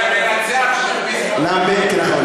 נכון.